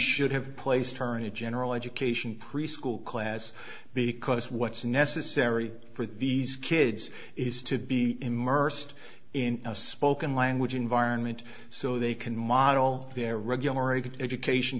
should have placed turn to general education preschool class because what's necessary for these kids is to be immersed in a spoken language environment so they can model their regular a good education